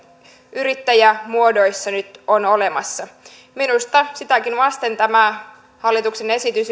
yrittäjämuodoissa nyt on olemassa minusta sitäkin vasten tämä hallituksen esitys